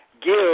give